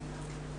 לפרטי פרטים,